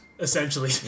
essentially